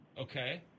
Okay